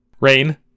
rain